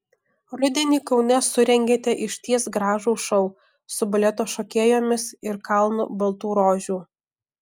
rudenį kaune surengėte išties gražų šou su baleto šokėjomis ir kalnu baltų rožių